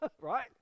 right